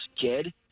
kid